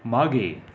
मागे